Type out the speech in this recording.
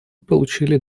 получили